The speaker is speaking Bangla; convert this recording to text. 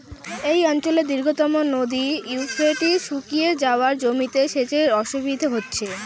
এই অঞ্চলের দীর্ঘতম নদী ইউফ্রেটিস শুকিয়ে যাওয়ায় জমিতে সেচের অসুবিধে হচ্ছে